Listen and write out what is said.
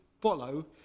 follow